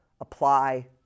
apply